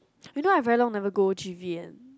you know I very long never go G_V_N